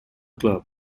club